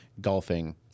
golfing